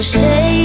say